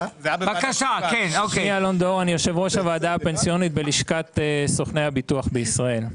אני יושב ראש הוועדה הפנסיונית בלשכת סוכני הביטוח בישראל.